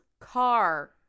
car